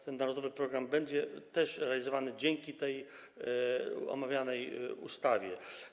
Ten narodowy program będzie też realizowany dzięki omawianej ustawie.